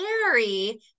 scary